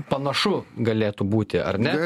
panašu galėtų būti ar ne